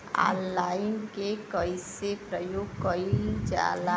Online के कइसे प्रयोग कइल जाला?